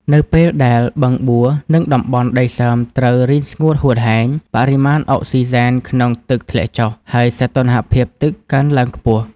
នៅពេលដែលបឹងបួរ និងតំបន់ដីសើមត្រូវរីងស្ងួតហួតហែង បរិមាណអុកស៊ីសែនក្នុងទឹកធ្លាក់ចុះ ហើយសីតុណ្ហភាពទឹកកើនឡើងខ្ពស់។